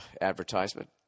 advertisement